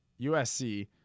USC